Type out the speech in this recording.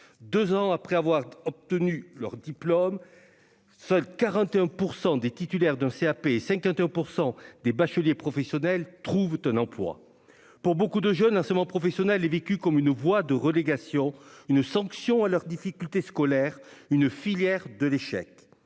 deux ans après avoir obtenu leur diplôme, seuls 41 % des titulaires d'un CAP et 51 % des bacheliers professionnels ont trouvé un emploi. Pour nombre de jeunes, l'enseignement professionnel est vécu comme une voie de relégation, une sanction pour leurs difficultés scolaires, une filière de l'échec.